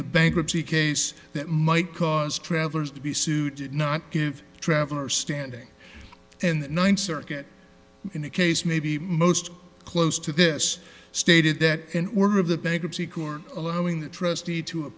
the bankruptcy case that might cause travelers to be suited not give travel or standing in the ninth circuit in a case maybe most close to this stated that in order of the bankruptcy court allowing the trustee to a